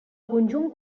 conjunt